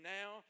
now